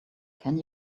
can